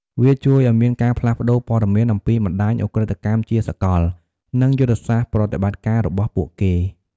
វាជួយឲ្យមានការផ្លាស់ប្តូរព័ត៌មានអំពីបណ្តាញឧក្រិដ្ឋកម្មជាសកល និងយុទ្ធសាស្ត្រប្រតិបត្តិការរបស់ពួកគេ។